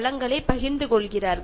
ഗർഭപാത്രം ഉൾപ്പെടെ